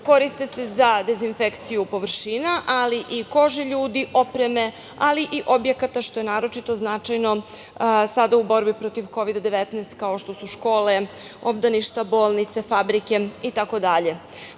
Koriste se sa dezinfekciju površina, ali i kože ljudi, opreme, ali i objekata, što je naročito značajno sada u borbi protiv Kovida 19, kao što su škole, obdaništa, bolnice, fabrike itd. Sa